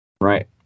Right